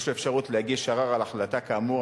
יש לו אפשרות להגיש ערר על החלטה כאמור,